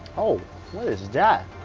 oh what is that?